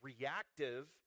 reactive